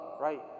right